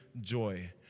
joy